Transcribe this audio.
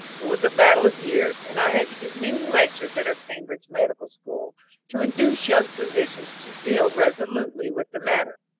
it was a battle of years, and i had to give many lectures at our cambridge medical school to induce young physicians to deal resolutely with the matter.